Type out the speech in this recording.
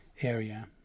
area